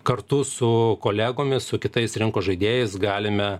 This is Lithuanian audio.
kartu su kolegomis su kitais rinkos žaidėjais galime